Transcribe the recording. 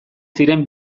ziren